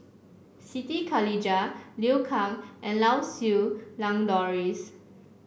Siti Khalijah Liu Kang and Lau Siew Lang Doris